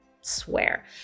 swear